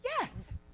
Yes